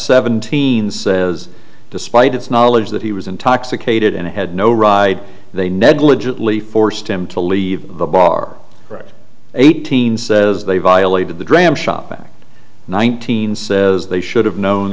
seventeen says despite its knowledge that he was intoxicated and had no ride they negligently forced him to leave the bar right eighteen says they violated the dram shop back nineteen says they should have known